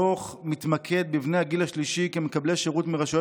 הדוח מתמקד בבני הגיל השלישי כמקבלי שירות מרשויות